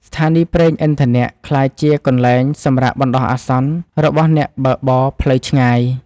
ស្ថានីយប្រេងឥន្ធនៈក្លាយជាកន្លែងសម្រាកបណ្ដោះអាសន្នរបស់អ្នកបើកបរផ្លូវឆ្ងាយ។